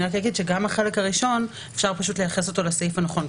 אני רק אגיד שאפשר גם בחלק הראשון פשוט לייחס אותו לסעיף הנכון.